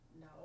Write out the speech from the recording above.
No